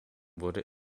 wurde